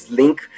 link